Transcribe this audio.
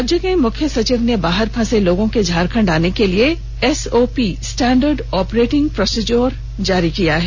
राज्य के मुख्य सचिव ने बाहर फंसे लोगों के झारखण्ड आने के लिए S O P standard operating procedure जारी किया है